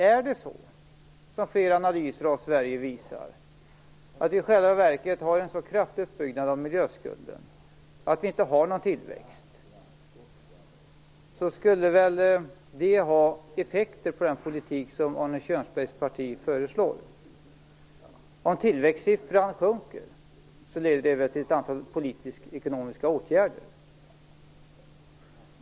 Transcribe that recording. Är det så, som flera analyser visar, att vi i själva verket har en så kraftig uppbyggnad av miljöskulden att vi inte har någon tillväxt, skulle väl det ha effekter på den politik som Arne Kjörnsbergs parti föreslår. Om tillväxten sjunker leder väl det till ett antal politisk-ekonomiska åtgärder.